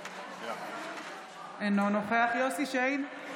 אינו נוכח יוסף שיין,